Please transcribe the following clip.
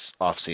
offseason